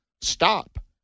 stop